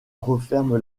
referme